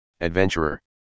adventurer